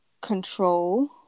control